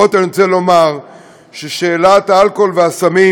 בכל זאת אני רוצה לומר ששאלת האלכוהול והסמים,